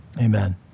amen